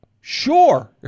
Sure